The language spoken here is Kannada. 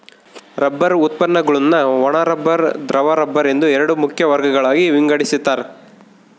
ರಬ್ಬರ್ ಉತ್ಪನ್ನಗುಳ್ನ ಒಣ ರಬ್ಬರ್ ದ್ರವ ರಬ್ಬರ್ ಎಂದು ಎರಡು ಮುಖ್ಯ ವರ್ಗಗಳಾಗಿ ವಿಂಗಡಿಸ್ತಾರ